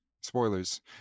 Spoilers